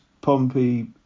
Pompey